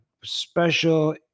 special